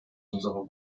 unserer